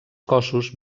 cossos